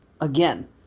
again